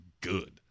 good